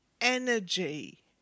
energy